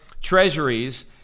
treasuries